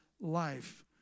life